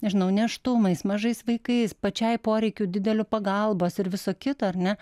nežinau nėštumais mažais vaikais pačiai poreikiu dideliu pagalbos ir viso kito ar ne